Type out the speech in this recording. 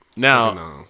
Now